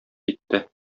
китте